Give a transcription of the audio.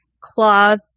cloth